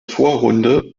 vorrunde